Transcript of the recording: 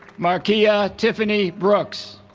markia yeah tiffany brooks